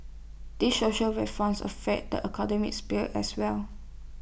these social reforms affect the economic sphere as well